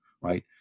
right